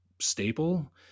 staple